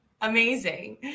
Amazing